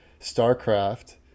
StarCraft